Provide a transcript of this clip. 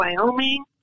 Wyoming